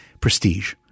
prestige